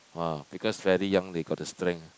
!wow! because very young they got the strength